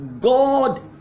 God